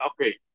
okay